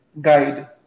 guide